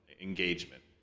engagement